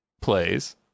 plays